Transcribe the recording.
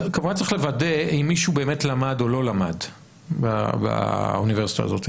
כמובן צריך לוודא אם מישהו באמת למד או לא למד באוניברסיטה הזאת.